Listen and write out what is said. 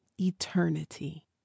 eternity